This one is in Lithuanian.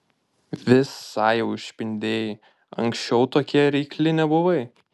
visai jau išpindėjai anksčiau tokia reikli nebuvai